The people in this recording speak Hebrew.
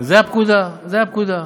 זו הפקודה.